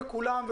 שלום לכולם,